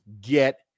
get